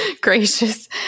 gracious